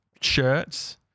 shirts